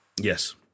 Yes